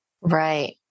Right